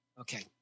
Okay